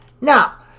Now